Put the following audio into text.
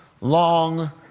long